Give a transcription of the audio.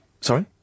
Sorry